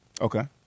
Okay